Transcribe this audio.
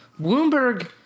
Bloomberg